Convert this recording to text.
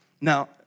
Now